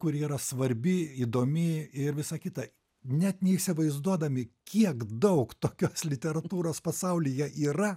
kuri yra svarbi įdomi ir visa kita net neįsivaizduodami kiek daug tokios literatūros pasaulyje yra